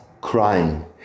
crying